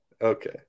okay